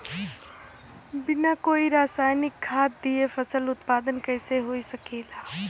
बिना कोई रसायनिक खाद दिए फसल उत्पादन कइसे हो सकेला?